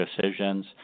decisions